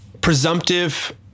presumptive